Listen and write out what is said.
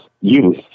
youth